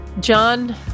John